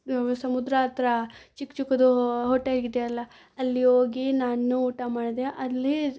ಸಮುದ್ರ ಹತ್ರ ಚಿಕ್ಕ ಚಿಕ್ಕದು ಹೊಟೆಲ್ಗಿದೆ ಅಲ್ಲ ಅಲ್ಲಿ ಹೋಗಿ ನಾನು ಊಟ ಮಾಡಿದೆ ಅಲ್ಲಿ